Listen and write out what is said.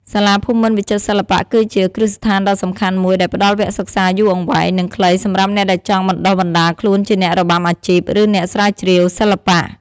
សាលាភូមិន្ទវិចិត្រសិល្បៈ គឺជាគ្រឹះស្ថានដ៏សំខាន់មួយដែលផ្ដល់វគ្គសិក្សាយូរអង្វែង និងខ្លីសម្រាប់អ្នកដែលចង់បណ្ដុះបណ្ដាលខ្លួនជាអ្នករាំអាជីព ឬអ្នកស្រាវជ្រាវសិល្បៈ។